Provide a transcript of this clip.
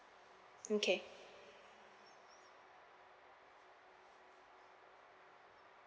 okay